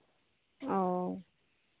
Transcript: ओ